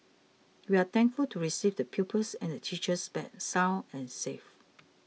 we are thankful to receive the pupils and the teachers back sound and safe